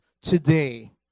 today